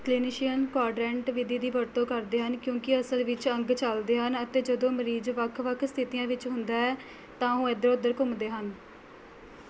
clinician quadrant ਵਿਧੀ ਦੀ ਵਰਤੋਂ ਕਰਦੇ ਹਨ ਕਿਉਂਕਿ ਅਸਲ ਵਿੱਚ ਅੰਗ ਚੱਲਦੇ ਹਨ ਅਤੇ ਜਦੋਂ ਮਰੀਜ਼ ਵੱਖ ਵੱਖ ਸਥਿਤੀਆਂ ਵਿੱਚ ਹੁੰਦਾ ਹੈ ਤਾਂ ਉਹ ਇੱਧਰ ਉੱਧਰ ਘੁੰਮਦੇ ਹਨ